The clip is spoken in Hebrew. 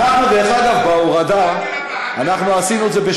את ההורדה עשינו, באתי לוועדה והבנתי.